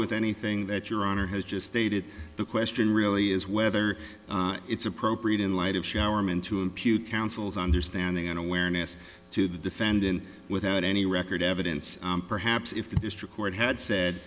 with anything that your honor has just stated the question really is whether it's appropriate in light of shower men to impute counsels understanding and awareness to the defendant without any record evidence perhaps if the district court had said